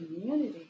community